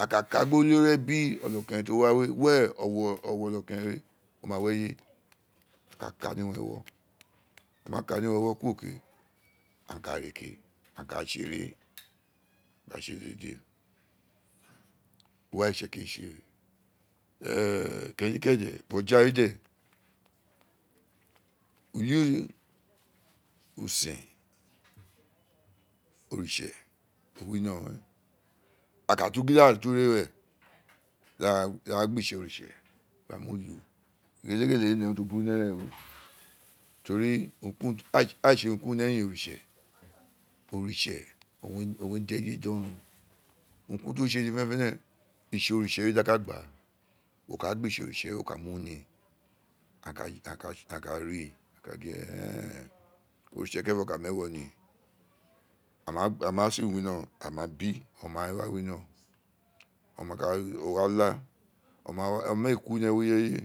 a ka kaa gbi olori ebi ono keren ti o wa we were owa ono keren we, o ma wi eye a ka kaa ni ewo a ma ka ni ewo ro kuro ke aa ka tse ere gba tse gege wa we owun itse kiri tse ee keni kede boja we de ulisen oritse o wino a ka tu gin di aa da tun rii ee gba gbi itse oritse gba da tun mu hu gele gele aa ne urun ti o buru ni no eren we to ri urun kurun ga tse urun kurun ni eyin oritse oritse owun re di eye di oron urun kurun ti o tse fene fene itse oritse we di a ku gba wo ka gbi itse we wo ka mu ni aghaan ka ri aghan ka ga ee oritse kerenfo ka da mi ewo ni a ma sin wi no a ma bi oma we wa wino oma ka la o wa laa, oma ee ku ni ewo ireye.